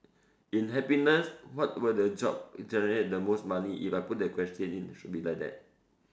in happiness what were the job generate the most money if I put the question in should be like that